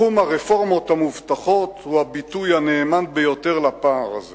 תחום הרפורמות המובטחות הוא הביטוי הנאמן ביותר לפער הזה